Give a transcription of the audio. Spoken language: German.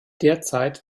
derzeit